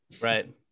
Right